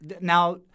Now